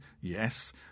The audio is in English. yes